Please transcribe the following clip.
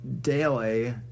daily